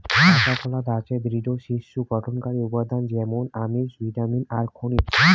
কাঁচাকলাত আছে দৃঢ টিস্যু গঠনকারী উপাদান য্যামুন আমিষ, ভিটামিন আর খনিজ